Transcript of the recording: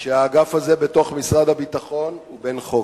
שהאגף הזה בתוך משרד הביטחון הוא בן חורג,